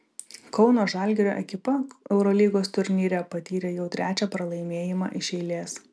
kauno žalgirio ekipa eurolygos turnyre patyrė jau trečią pralaimėjimą iš eilės